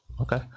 Okay